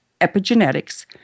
epigenetics